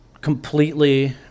completely